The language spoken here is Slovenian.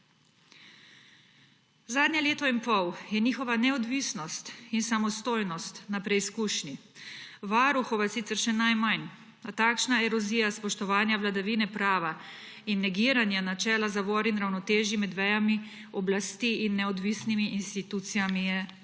Zadnje leto in pol je njihova neodvisnost in samostojnost na preizkušnji. Varuhova sicer še najmanj, a takšna erozija spoštovanja vladavine prava in negiranje načela zavor in ravnotežij med vejami oblasti in neodvisnimi institucijami sta